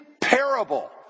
parable